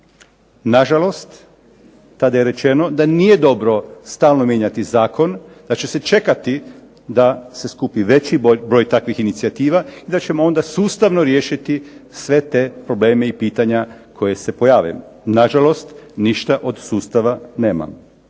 na žalost tad je rečeno da nije dobro stalno mijenjati zakon, da će se čekati da se skupi veći broj takvih inicijativa i da ćemo onda sustavno riješiti sve te probleme i pitanja koja se pojave. Na žalost ništa od sustava nema.